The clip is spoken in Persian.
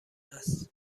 است